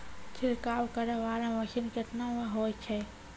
छिड़काव करै वाला मसीन केतना मे होय छै?